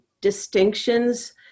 distinctions